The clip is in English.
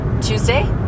Tuesday